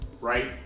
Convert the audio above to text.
right